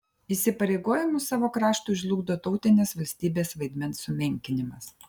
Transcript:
įsipareigojimus savo kraštui žlugdo tautinės valstybės vaidmens sumenkinimas